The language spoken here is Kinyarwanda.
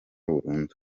burundu